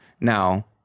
Now